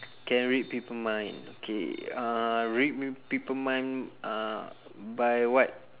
can read people mind K uh read pe~ people mind by what